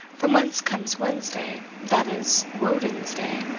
from whence comes wensday, that is, wodnesday,